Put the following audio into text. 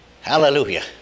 Hallelujah